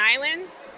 Islands